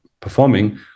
performing